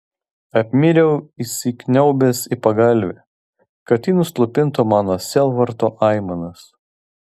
apmiriau įsikniaubęs į pagalvę kad ji nuslopintų mano sielvarto aimanas